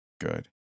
Good